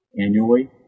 annually